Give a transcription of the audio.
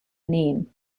name